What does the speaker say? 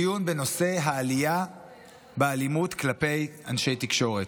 דיון בנושא העלייה באלימות כלפי אנשי תקשורת.